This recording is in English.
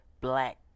black